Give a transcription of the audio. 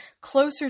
closer